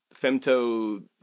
Femto